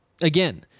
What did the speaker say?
Again